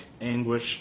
anguish